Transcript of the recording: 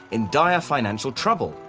in dire financial trouble.